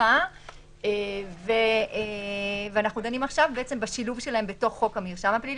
שנדחה ואנחנו דנים עכשיו בשילוב שלהם בתוך חוק המרשם הפלילי.